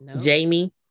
jamie